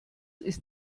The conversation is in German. ist